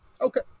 Okay